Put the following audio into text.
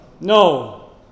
No